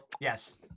Yes